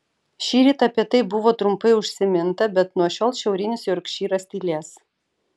šįryt apie tai buvo trumpai užsiminta bet nuo šiol šiaurinis jorkšyras tylės